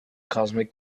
cosmic